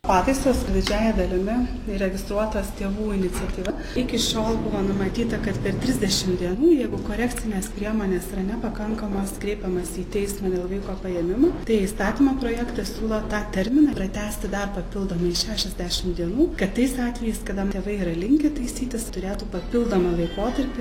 pataisos didžiąja dalimi registruotos tėvų iniciatyva iki šiol buvo numatyta kad per trisdešimt dienų jeigu korekcinės priemonės yra nepakankamos kreipiamasi į teismą dėl vaiko paėmimo tai įstatymo projektas siūlo tą terminą pratęsti dar papildomai šešiasdešimt dienų kad tais atvejais kada tėvai yra linkę taisytis turėtų papildomą laikotarpį